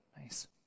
Nice